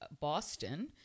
Boston